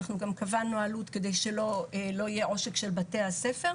אנחנו גם קבענו עלות כדי שלא יהיה עושק של בתי הספר.